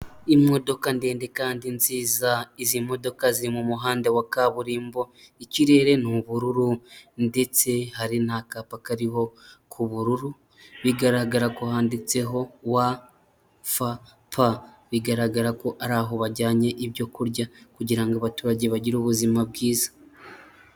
Imodoka ndende kandi nziza, izi modoka ziri mu muhanda wa kaburimbo, ikirere n'ubururu ndetse hari n'akapa kariho k'ubururu, bigaragara ko handitseho wafapa, bigaragara ko hari aho bajyanye ibyo kurya kugira ngo abaturage bagire ubuzima bwiza.